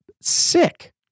Sick